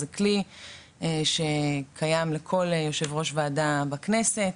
זה כלי שקיים לכל יו"ר ועדה בכנסת,